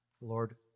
Lord